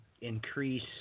increase